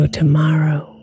tomorrow